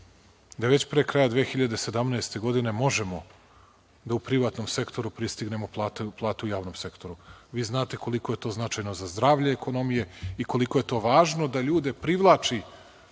da već pre kraja 2017. godine možemo da u privatnom sektoru pristignemo plate u javnom sektoru. Vi znate koliko je to značajno za zdravlje ekonomije i koliko je to važno da ljude privlači